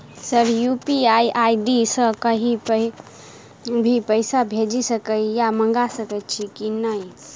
Sir UPI ID सँ कहि भी पैसा भेजि सकै या मंगा सकै छी की न ई?